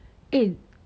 eh